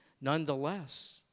nonetheless